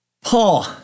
Paul